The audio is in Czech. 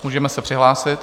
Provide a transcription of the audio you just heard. Můžeme se přihlásit.